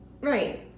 Right